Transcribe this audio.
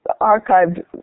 archived